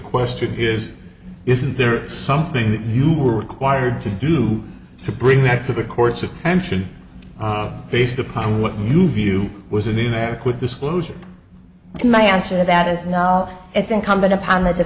question is isn't there something that you were required to do to bring that to the court's attention based upon what new view was an inadequate disclosure and my answer to that is no it's incumbent upon that t